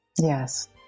Yes